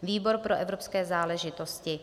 Výbor pro evropské záležitosti: